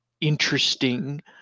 interesting